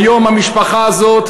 היום המשפחה הזאת,